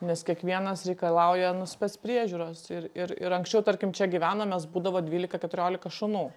nes kiekvienas reikalauja nu spec priežiūros ir ir ir anksčiau tarkim čia gyvena mes būdavo dvylika keturiolika šunų